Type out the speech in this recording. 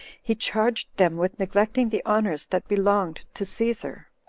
he charged them with neglecting the honors that belonged to caesar